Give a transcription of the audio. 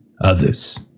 Others